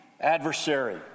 adversary